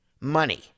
Money